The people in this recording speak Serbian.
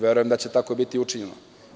Verujem da će tako biti učinjeno.